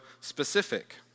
specific